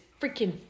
freaking